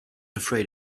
afraid